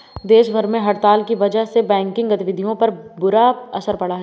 देश भर में हड़ताल की वजह से बैंकिंग गतिविधियों पर बुरा असर पड़ा है